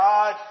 God